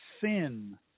sin